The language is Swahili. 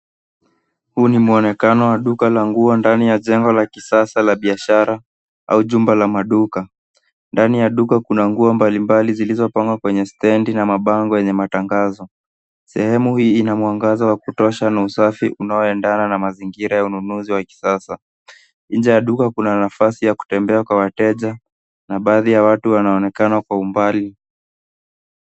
Huu ni muonekano wa duka la nguo ndani ya jengo la kisasa la biashara, au jumba la maduka. Ndani ya duka kuna nguo mbalimbali zilizopangwa kwenye stendi na mabango yenye matangazo. Sehemu hii ina mwangaza wa kutosha na usafi unaoendana na mazingira ya ununuzi wa kisasa. Nje ya duka kuna nafasi ya kutembea kwa wateja, na baadhi ya watu wanaonekana kwa umbali.